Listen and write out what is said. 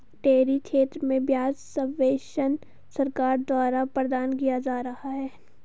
dairy क्षेत्र में ब्याज सब्वेंशन सरकार द्वारा प्रदान किया जा रहा है